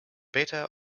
beta